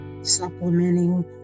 supplementing